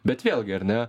bet vėlgi ar ne